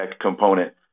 component